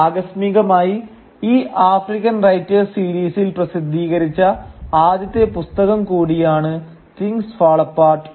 ആകസ്മികമായി ഈ African writers സീരീസിൽ പ്രസിദ്ധീകരിച്ച ആദ്യത്തെ പുസ്തകം കൂടിയാണ് 'തിങ്ങ്സ് ഫാൾ അപ്പാർട്ട്'